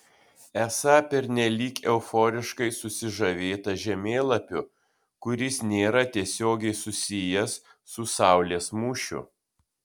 esą pernelyg euforiškai susižavėta žemėlapiu kuris nėra tiesiogiai susijęs su saulės mūšiu